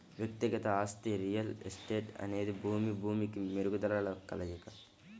వ్యక్తిగత ఆస్తి రియల్ ఎస్టేట్అనేది భూమి, భూమికి మెరుగుదలల కలయిక